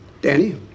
Danny